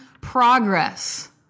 progress